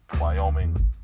Wyoming